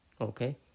okay